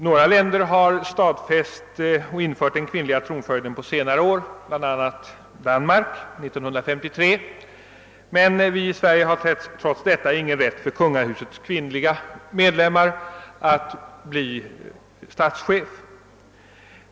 Några länder har infört kvinnlig tronföljd under senare år, bl.a. Danmark år 1953, men i Sverige har trots detta kungahusets kvinnliga medlemmar ingen rätt att bli statschef.